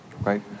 right